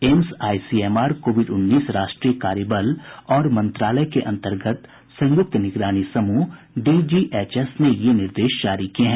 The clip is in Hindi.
एम्स आईसीएमआर कोविड उन्नीस राष्ट्रीय कार्य बल और मंत्रालय के अंतर्गत संयुक्त निगरानी समूह डीजीएचएस ने ये निर्देश जारी किए हैं